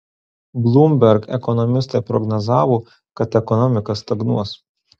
bloomberg ekonomistai prognozavo kad ekonomika stagnuos